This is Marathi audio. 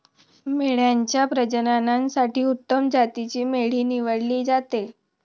मेंढ्यांच्या प्रजननासाठी उत्तम जातीची मेंढी निवडली जाते